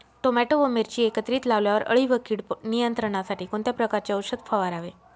Tomato व मिरची एकत्रित लावल्यावर अळी व कीड नियंत्रणासाठी कोणत्या प्रकारचे औषध फवारावे?